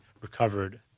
recovered